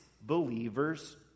believers